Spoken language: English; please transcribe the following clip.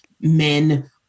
men